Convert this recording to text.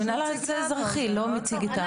--- המנהל האזרחי לא מציג את האפליקציה.